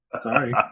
Sorry